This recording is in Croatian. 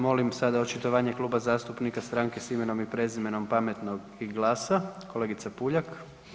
Molim sada očitovanje Kluba zastupnika Stranke s imenom i prezimenom, Pametnog i GLAS-a, kolegice Puljak.